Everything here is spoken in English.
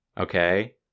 okay